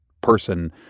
person